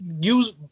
use